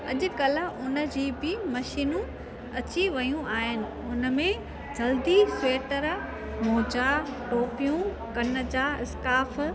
अॼुकल्ह हुनजी बि मशीनूं अची वेयूं आहिनि हुन में जल्दी स्वेटर मोजा टोपियूं कन जा स्काफ़